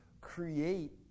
Create